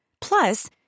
Plus